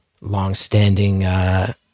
longstanding